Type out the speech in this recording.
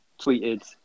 tweeted